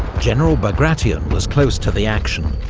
general bagration was close to the action,